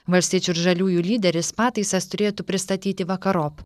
valstiečių ir žaliųjų lyderis pataisas turėtų pristatyti vakarop